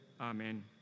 Amen